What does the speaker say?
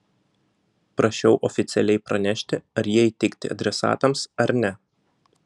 prašiau oficialiai pranešti ar jie įteikti adresatams ar ne